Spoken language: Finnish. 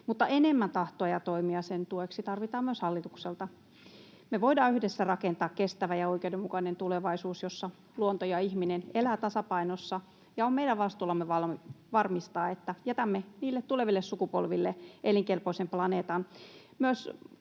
enemmän tahtoa ja toimia sen tueksi tarvitaan myös hallitukselta. Me voidaan yhdessä rakentaa kestävä ja oikeudenmukainen tulevaisuus, jossa luonto ja ihminen elävät tasapainossa, ja on meidän vastuullamme varmistaa, että jätämme niille tuleville sukupolville elinkelpoisen planeetan.